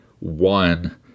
one